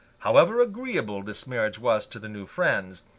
however agreeable this marriage was to the new friends,